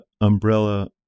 umbrella